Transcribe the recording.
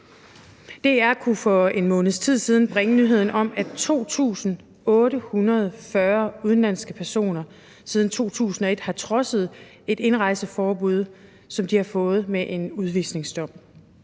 DR kunne for en måneds tid siden bringe nyheden om, at 2.840 udenlandske personer siden 2001 har trodset et indrejseforbud, som de har fået med en udvisningsdom.